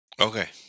Okay